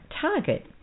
target